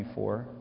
24